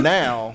now